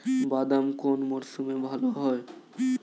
বাদাম কোন মরশুমে ভাল হয়?